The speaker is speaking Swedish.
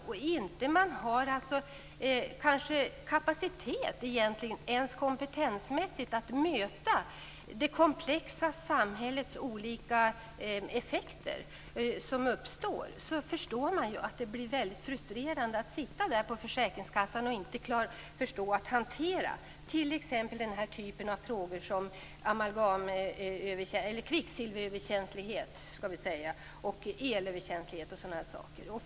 När det dessutom inte ens kompetensmässigt finns kapacitet att möta det komplexa samhällets olika effekter kan man förstå att det blir väldigt frustrerande att sitta på försäkringskassan och inte förstå att hantera t.ex. frågor som kvicksilveröverkänslighet, elöverkänslighet och fibromyalgi.